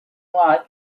was